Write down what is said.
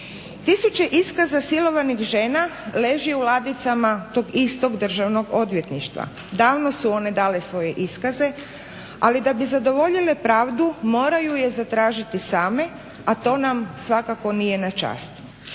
Tisuće iskaza silovanih žena leži u ladicama tog istog Državnog odvjetništva. Davno su one dale svoje iskaze, ali da bi zadovoljile pravdu moraju je zatražiti same, a to nam svakako nije na čast.